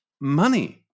money